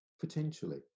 Potentially